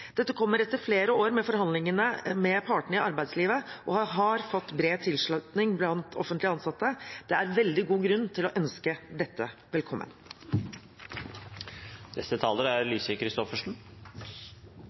Dette kommer etter flere år med forhandlinger med partene i arbeidslivet og har fått bred tilslutning blant offentlig ansatte. Det er veldig god grunn til å ønske dette velkommen.